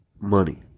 Money